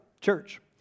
church